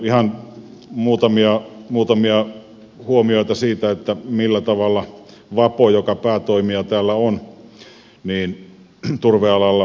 ihan muutamia huomioita siitä että millä tavalla vappuyö vaposta joka täällä on päätoimija turvealalla